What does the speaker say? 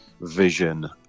vision